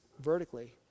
vertically